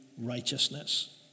righteousness